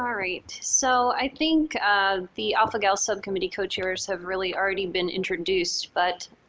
um right. so i think the alpha-gal subcommittee co-chairs have really already been introduced but,